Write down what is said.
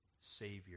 Savior